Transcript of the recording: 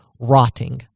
rotting